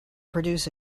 produce